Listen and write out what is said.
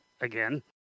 again